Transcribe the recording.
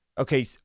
Okay